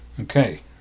Okay